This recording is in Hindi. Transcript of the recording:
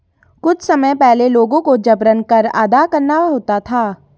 कुछ समय पहले लोगों को जबरन कर अदा करना होता था